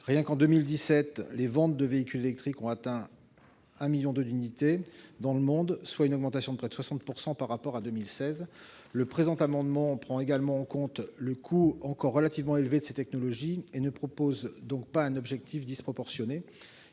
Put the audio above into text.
l'année 2017, les ventes de véhicules électriques ont atteint 1,2 million d'unités dans le monde, soit une augmentation de près de 60 % par rapport à 2016. Le présent amendement prend en compte le coût encore relativement élevé de ces technologies et ne vise pas un objectif disproportionné.